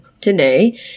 today